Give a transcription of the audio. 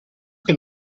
che